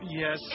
yes